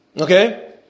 Okay